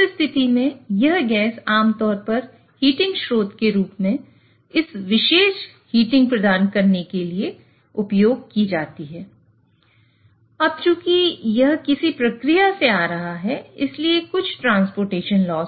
उस स्थिति में यह गैस आमतौर पर हीटिंग स्रोत